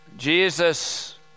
Jesus